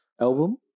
Album